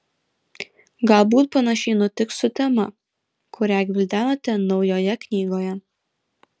galbūt panašiai nutiks su tema kurią gvildenate naujoje knygoje